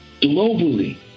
globally